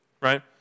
Right